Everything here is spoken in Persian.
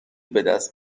بدست